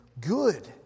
good